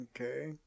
Okay